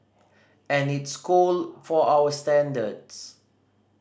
and it's cold for our standards